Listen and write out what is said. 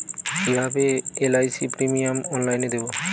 কিভাবে LIC premium অনলাইনে দেবো?